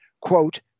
quote